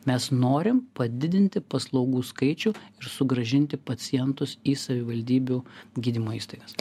mes norim padidinti paslaugų skaičių ir sugrąžinti pacientus į savivaldybių gydymo įstaigas